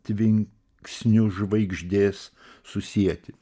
tvinksniu žvaigždės susieti